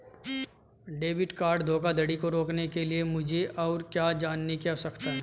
Debit card धोखाधड़ी को रोकने के लिए मुझे और क्या जानने की आवश्यकता है?